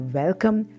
welcome